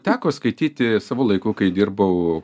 teko skaityti savu laiku kai dirbau